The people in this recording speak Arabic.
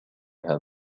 هذا